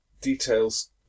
details